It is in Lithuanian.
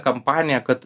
kampaniją kad